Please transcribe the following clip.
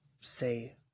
say